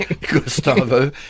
Gustavo